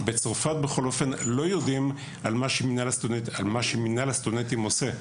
בצרפת לא יודעים את פעולות מינהל הסטודנטים בישראל.